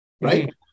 right